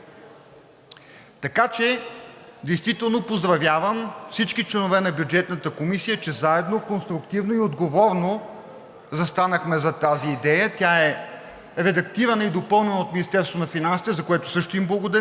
Така че действително поздравявам всички членове на Бюджетната комисия, че заедно конструктивно и отговорно застанахме зад тази идея. Тя е редактирана и допълнена от Министерството на